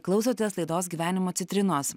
klausotės laidos gyvenimo citrinos